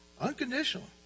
Unconditional